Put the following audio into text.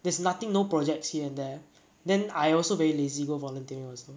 there's nothing no projects here and there then I also very lazy go volunteering also